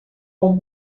com